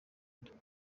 rwanda